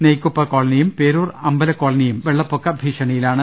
നെയ്കുപ്പ കോളനിയും പേരൂർ അമ്പലക്കോളനിയും വെള്ള പ്പൊക്ക ഭീഷണിയിലാണ്